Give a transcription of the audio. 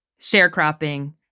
sharecropping